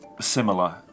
similar